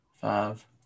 five